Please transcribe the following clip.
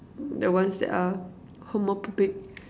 the ones that are homophobic